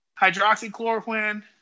hydroxychloroquine